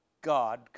God